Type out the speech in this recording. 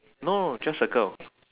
no just circle